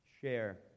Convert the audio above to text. share